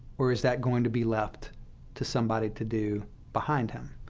or is that going to be left to somebody to do behind him?